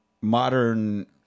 modern